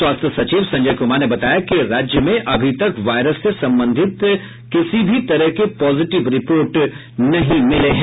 स्वास्थ्य सचिव संजय कुमार ने बताया कि राज्य में अभी तक वायरस से संबंधित किसी भी तरह की पॉजीटिव रिपोर्ट नहीं मिली है